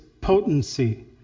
potency